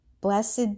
blessed